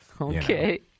Okay